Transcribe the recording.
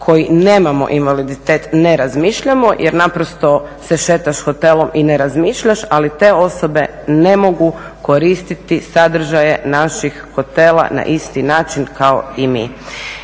koji nemamo invaliditet ne razmišljamo jer naprosto se šetaš hotelom i ne razmišljaš, ali te osobe ne mogu koristiti sadržaje naših hotela na isti način kao i mi.